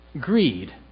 greed